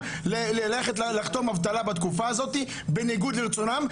ללכת לחתום אבטלה בתקופה הזאת בניגוד לרצונן.